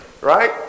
Right